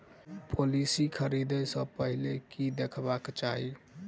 Policy खरीदै सँ पहिने की देखबाक चाहि?